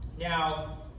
Now